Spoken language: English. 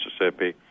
Mississippi